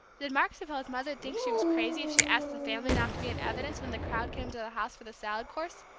did mark suppose mother'd think she was crazy if she asked the family not to be in evidence when the crowd came to the house for the salad course?